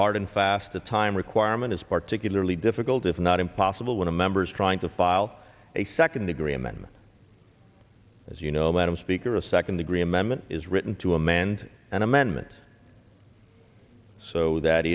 hard and fast a time requirement is particularly difficult if not impossible when a members trying to file a second degree amendment as you know madam speaker a second degree amendment is written to amend an amendment so that